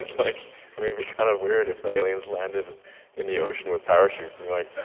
ah like i mean be kind of weird if the aliens landed in the ocean with parachutes, and like,